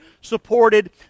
supported